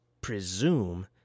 presume